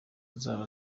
zaba